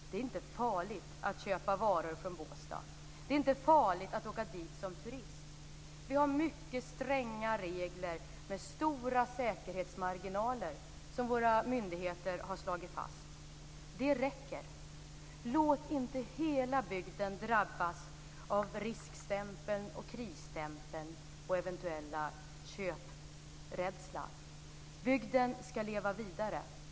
Det är inte farligt att köpa varor från Båstad. Det är inte farligt att åka dit som turist. Vi har mycket stränga regler med stora säkerhetsmarginaler som våra myndigheter har slagit fast. Det räcker. Låt inte hela bygden drabbas av riskstämpeln och krisstämpeln och eventuell köprädsla! Bygden skall leva vidare.